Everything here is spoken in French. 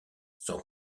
sans